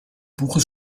buches